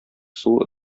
суы